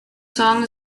song